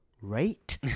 rate